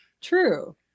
True